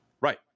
Right